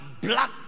black